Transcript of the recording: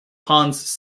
hans